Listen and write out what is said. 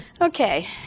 Okay